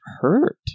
hurt